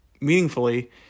meaningfully